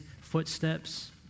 footsteps